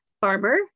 farmer